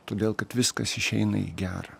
todėl kad viskas išeina į gerą